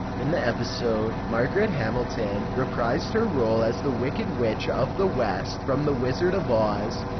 in the episode, margaret hamilton reprised her role as the wicked witch of the west from the wizard of oz.